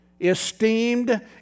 esteemed